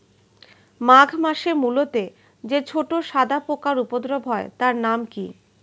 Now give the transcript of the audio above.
মাঘ মাসে মূলোতে যে ছোট সাদা পোকার উপদ্রব হয় তার নাম কি?